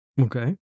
Okay